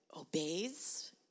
obeys